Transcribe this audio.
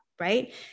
right